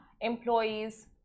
employee's